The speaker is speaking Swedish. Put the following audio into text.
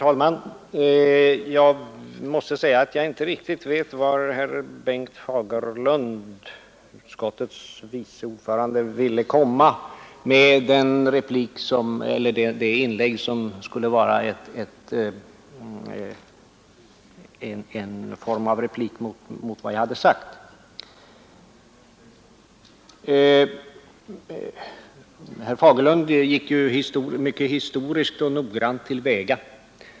Herr talman! Jag vet inte riktigt vart Bengt Fagerlund, utskottets vice ordförande, ville komma med den del av sitt inlägg som skulle vara en form av replik mot vad jag hade sagt. Herr Fagerlund gick mycket historiskt och noggrant till väga.